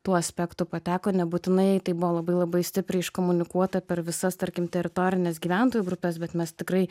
tuo aspektu pateko nebūtinai tai buvo labai labai stipriai iškomunikuota per visas tarkim teritorines gyventojų grupes bet mes tikrai